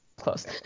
close